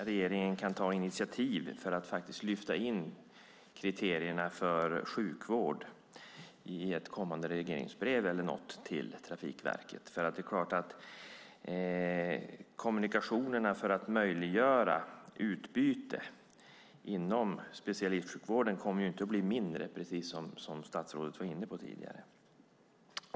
Regeringen kan ta initiativ till att lyfta in kriterierna för sjukvård i ett kommande regleringsbrev eller liknande till Trafikverket, för kommunikationerna för att möjliggöra utbyte inom specialistsjukvården kommer ju inte att bli mindre, precis som statsrådet var inne på tidigare.